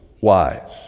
wise